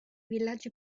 villaggi